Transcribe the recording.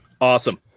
awesome